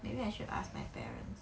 maybe I should ask my parents